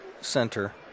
Center